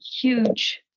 huge